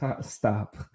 stop